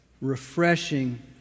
refreshing